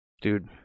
Dude